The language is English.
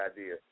idea